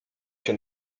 się